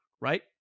right